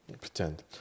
pretend